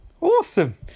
Awesome